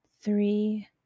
three